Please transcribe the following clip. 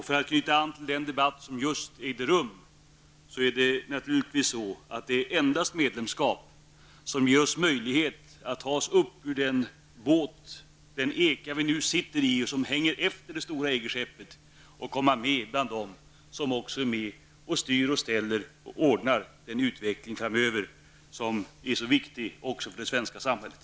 För att knyta an till den debatt som just ägde rum vill jag säga att det naturligtvis endast är medlemskap som ger oss möjlighet att ta oss upp ur den eka vi nu sitter i och som hänger efter det stora EG-skeppet och att komma med bland dem som också är med och styr och ställer och ordnar den utveckling framöver som är så viktig också för det svenska samhället.